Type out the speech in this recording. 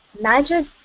magic